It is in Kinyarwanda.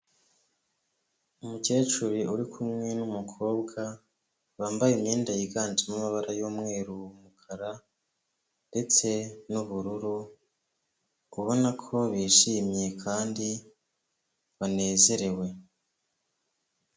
Umukecuru uri kumwe n'umukobwa bambaye imyenda yiganjemo amabara y'umweru, umukara ndetse n'ubururu, ubona ko bishimye kandi banezerewe.